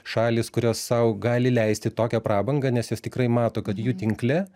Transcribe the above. šalys kurios sau gali leisti tokią prabangą nes jos tikrai mato kad jų tinkle